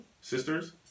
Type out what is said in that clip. sisters